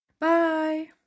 Bye